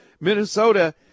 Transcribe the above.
Minnesota